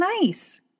nice